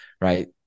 Right